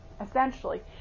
essentially